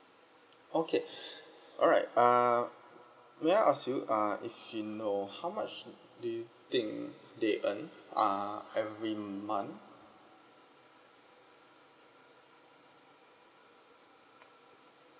okay alright uh may I ask you uh if you know how much do you think they earn uh every month